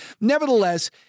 Nevertheless